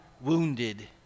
wounded